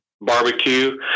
barbecue